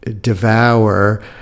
devour